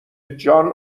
جان